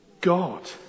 God